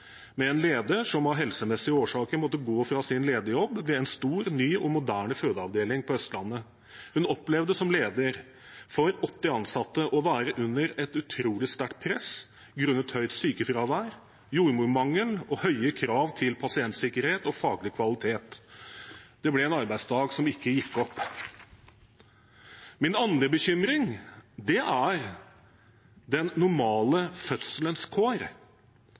med en leder som av helsemessige årsaker måtte gå fra sin lederjobb ved en stor, ny og moderne fødeavdeling på Østlandet. Hun opplevde som leder for 80 ansatte å være under et utrolig sterkt press grunnet høyt sykefravær, jordmormangel og høye krav til pasientsikkerhet og faglig kvalitet. Det ble en arbeidsdag som ikke gikk opp. Min andre bekymring er den normale fødselens kår.